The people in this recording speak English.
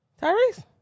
Tyrese